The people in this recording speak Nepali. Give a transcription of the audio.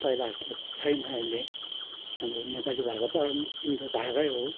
पहिला जस्तो छैन अहिले हाम्रो नेपाली भाषा परिवर्तन त भएकै हो